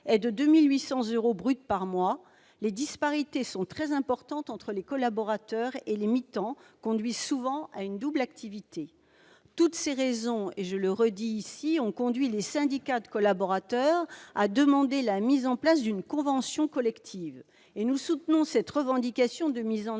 est de 2 800 euros bruts par mois, les disparités sont très importantes entre les collaborateurs, et les mi-temps conduisent souvent à une double activité. Toutes ces raisons ont conduit les syndicats de collaborateurs à demander la mise en place d'une convention collective. Nous soutenons cette revendication. Une